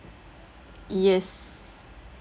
yes